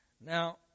Now